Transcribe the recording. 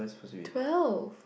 twelve